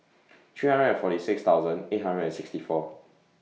three hundred and forty six thousand eight hundred and sixty four